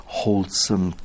wholesome